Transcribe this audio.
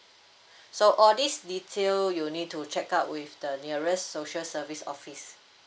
so all these detail you need to check out with the nearest social service office